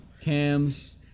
cams